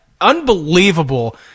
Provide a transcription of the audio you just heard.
Unbelievable